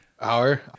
hour